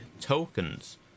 tokens